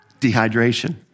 Dehydration